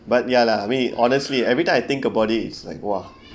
but ya lah I mean honestly every time I think about it it's like !wah!